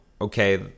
okay